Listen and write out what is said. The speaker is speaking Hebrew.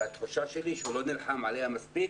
התחושה שלי, שהוא לא נלחם עליה מספיק.